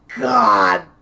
God